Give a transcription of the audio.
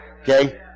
Okay